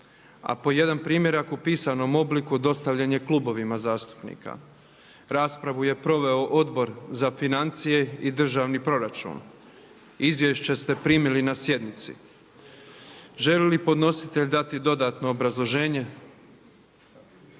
a po jedan primjerak u pisanom obliku dostavljen je klubovima zastupnika. Raspravu je proveo Odbor za financije i državni proračun. Izvješća ste primili na sjednici. Želi li podnositelj dati dodatno obrazloženje?